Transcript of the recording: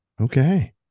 Okay